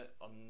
on